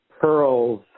pearls